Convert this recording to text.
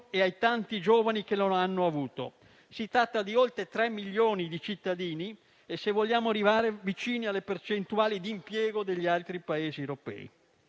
e ai tanti giovani che non l'hanno avuto (si tratta di oltre 3 milioni di cittadini). Se vogliamo arrivare vicini alle percentuali di impiego degli altri Paesi europei,